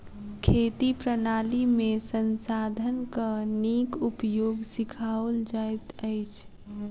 खेती प्रणाली में संसाधनक नीक उपयोग सिखाओल जाइत अछि